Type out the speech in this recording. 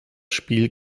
spiel